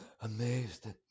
amazed